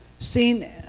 seen